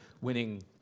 winning